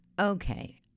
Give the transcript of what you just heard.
Okay